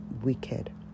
wicked